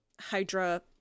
Hydra